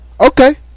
Okay